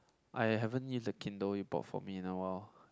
I haven't use the Kindle you bought for me in a while